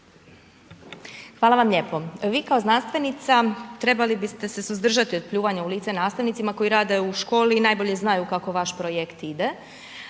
Hvala vam lijepo. Vi kao znanstvenica trebali bi ste se suzdržati u pljuvanja u lice nastavnicima koji rade u školi i najbolje znaju kako vaš projekt ide.